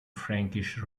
frankish